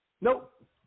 Nope